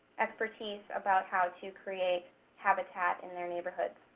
expertise about how to create habitat and in their neighborhoods.